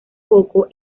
poco